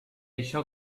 això